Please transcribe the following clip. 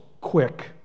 quick